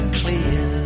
clear